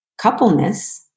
coupleness